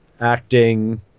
acting